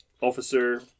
officer